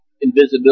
invisibility